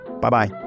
Bye-bye